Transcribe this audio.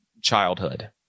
childhood